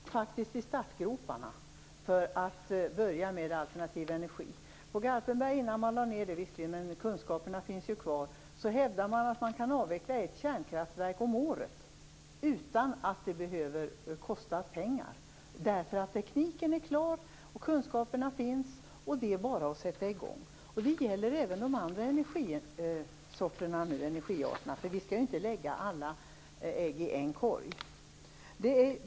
Fru talman! Man står faktiskt i startgroparna för att börja producera alternativ energi. Innan man lade ned Garpenberg - men kunskaperna finns kvar - hävdade man att man kan avveckla ett kärnkraftverk om året utan att det behöver kosta pengar därför att tekniken är klar och kunskaperna finns, så det är bara att sätta i gång. Det gäller även de andra energislagen. Vi skall ju inte lägga alla ägg i en korg.